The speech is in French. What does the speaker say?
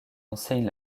enseigne